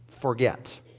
forget